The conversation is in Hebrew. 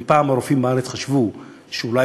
אם פעם הרופאים בארץ חשבו שאולי,